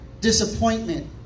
disappointment